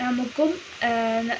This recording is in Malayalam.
നമുക്കും